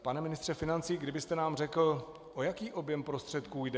Pane ministře financí, kdybyste nám řekl, o jaký objem prostředků jde.